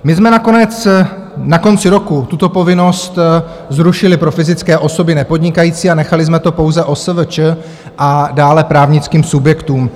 My jsme nakonec na konci roku tuto povinnost zrušili pro fyzické osoby nepodnikající a nechali jsme to pouze OSVČ a dále právnickým subjektům.